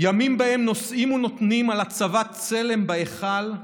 ימים שבהם נושאים ונותנים על הצבת צלם בהיכל,